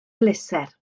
bleser